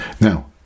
Now